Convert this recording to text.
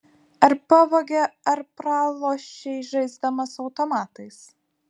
ar pavogė ar pralošei žaisdamas automatais